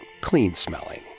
clean-smelling